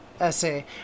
essay